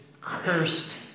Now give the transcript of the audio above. cursed